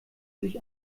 sich